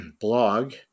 blog